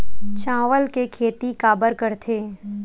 चावल के खेती काबर करथे?